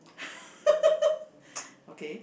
okay